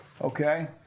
Okay